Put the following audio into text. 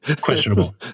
Questionable